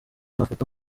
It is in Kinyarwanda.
nkafata